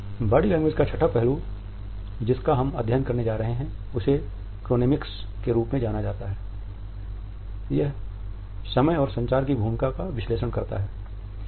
body language का छठा पहलू जिसका हम अध्ययन करने जा रहे हैं उसे क्रोनेमिक्स के रूप में जाना जाता है यह समय और संचार की भूमिका का विश्लेषण करता है